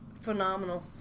phenomenal